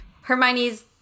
Hermione's